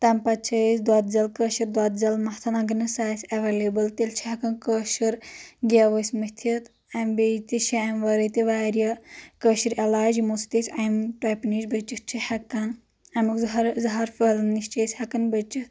تمہِ پتہٕ چھِ أسۍ دۄد زٮ۪ل کٲشر دۄد زٮ۪ل متھان اگر نہٕ سۄ آسہِ ایٚولیبٕل تیٚلہِ چھِ ہیٚکان کٲشُر گیو ٲسۍ مٔتھتھ بییٚہِ تہِ چھِ امہِ ورٲے واریاہ کٲشر عٮ۪لاج یِمو سۭتۍ أسۍ امہِ ٹۄپہِ نِش بٔچِتھ چھِ ہیٚکان امیُک زہر زہر پھہلنہٕ نِش چھِ أسۍ ہیٚکان بٔچِتھ